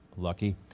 lucky